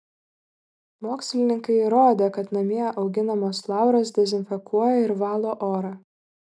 mokslininkai įrodė kad namie auginamas lauras dezinfekuoja ir valo orą